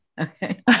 Okay